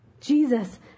Jesus